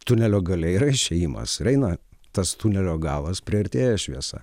tunelio gale yra išėjimas ir eina tas tunelio galas priartėja šviesa